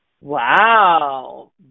Wow